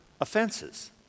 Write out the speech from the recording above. offenses